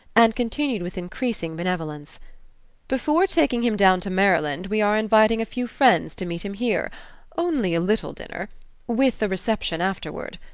and continued with increasing benevolence before taking him down to maryland we are inviting a few friends to meet him here only a little dinner with a reception afterward.